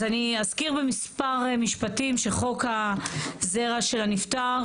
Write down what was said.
אז אני אזכיר במספר משפטים שחוק הזרע של הנפטר,